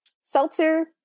Seltzer